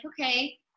okay